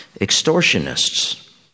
extortionists